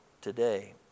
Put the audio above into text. today